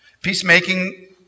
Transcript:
Peacemaking